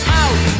out